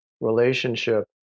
relationship